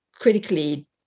critically